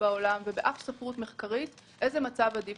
בעולם ובאף ספרות מחקרית איזה מצב עדיף,